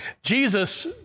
Jesus